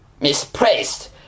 misplaced